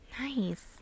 Nice